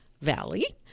valley